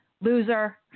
Loser